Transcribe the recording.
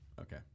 Okay